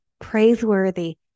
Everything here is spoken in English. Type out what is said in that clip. praiseworthy